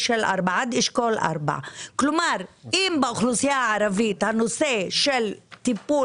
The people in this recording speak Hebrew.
אם אפשר לסכם כי אני רוצה לתת לחברים.